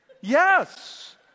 Yes